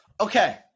Okay